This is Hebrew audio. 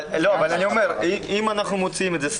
אם אנחנו מוציאים את זה,